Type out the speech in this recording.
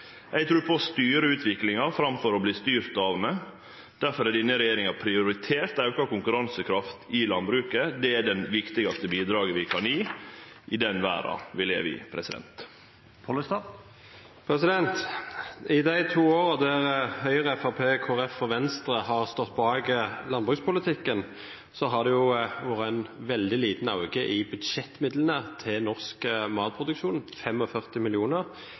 Eg trur på å styre utviklinga, framfor å verte styrt av ho. Difor har denne regjeringa prioritert auka konkurransekraft i landbruket. Det er det viktigaste bidraget vi kan gje i den verda vi lever i. I de to årene der Høyre, Fremskrittspartiet, Kristelig Folkeparti og Venstre har stått bak landbrukspolitikken, har det vært en veldig liten økning i budsjettmidlene til norsk matproduksjon,